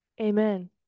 amen